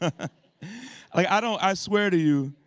ah i swear to you,